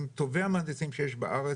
עם טובי המהנדסים שיש בארץ,